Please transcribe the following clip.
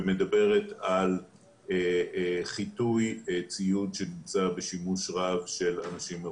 ומדברת על חיטוי ציוד שנמצא בשימוש רב של אנשים מרובים.